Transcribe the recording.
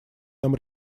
нам